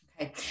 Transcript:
Okay